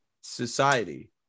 society